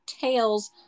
tails